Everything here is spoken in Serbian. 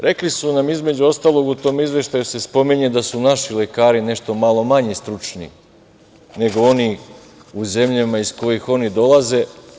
Rekli su nam i između ostalog u tom izveštaju se spominje da su naši lekari nešto malo manje stručni, nego oni u zemljama iz kojih oni dolaze.